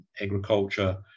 agriculture